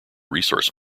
resource